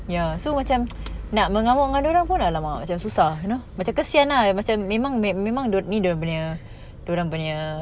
ya so macam nak mengamuk-mengamuk dengan dia orang pun !alamak! macam susah you know macam kesian ah macam memang memang ni dia orang punya dia orang punya